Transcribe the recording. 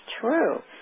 true